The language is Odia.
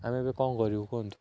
ଆମେ ଏବେ କ'ଣ କରିବୁ କୁହନ୍ତୁ